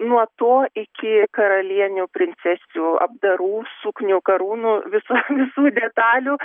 nuo to iki karalienių princesių apdarų suknių karūnų visų visų detalių